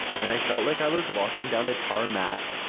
and i felt like i was walking down a tarmac.